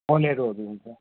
बोलेरोहरू हुन्छ